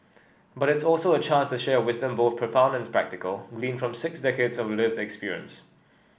but it's also a chance to share wisdom both profound and practical gleaned from six decades of lived experience